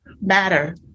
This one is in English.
matter